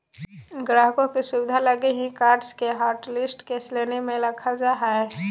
ग्राहकों के सुविधा लगी ही कार्ड्स के हाटलिस्ट के श्रेणी में रखल जा हइ